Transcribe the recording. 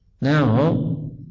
Now